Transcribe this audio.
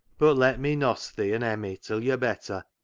but let me noss thee an' emmie till you're better,